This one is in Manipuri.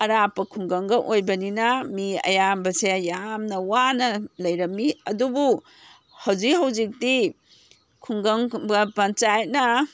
ꯑꯔꯥꯞꯄ ꯈꯨꯡꯒꯪꯒ ꯑꯣꯏꯕꯅꯤꯅ ꯃꯤ ꯑꯌꯥꯝꯕꯁꯦ ꯌꯥꯝꯅ ꯋꯥꯅ ꯂꯩꯔꯝꯃꯤ ꯑꯗꯨꯕꯨ ꯍꯧꯖꯤꯛ ꯍꯧꯖꯤꯛꯇꯤ ꯈꯨꯡꯒꯪ ꯄꯟꯆꯥꯌꯠꯅ